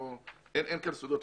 אין כאן סודות.